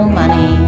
money